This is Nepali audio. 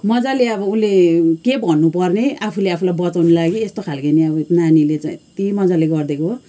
मजाले अब उसले के भन्नुपर्ने आफूले आफूलाई बचाउनु लागि यस्तो खालके नि अब नानीले चाहिँ यत्ति मजाले गरिदिएको